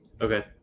Okay